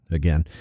again